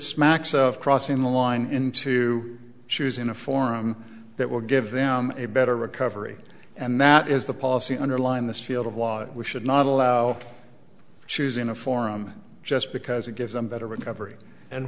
smacks of crossing the line into shoes in a forum that will give them a better recovery and that is the policy underline this field of law we should not allow choosing a forum just because it gives them better recovery and